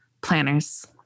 planners